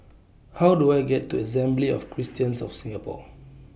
How Do I get to Assembly of Christians of Singapore